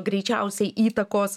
greičiausiai įtakos